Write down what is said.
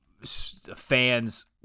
fans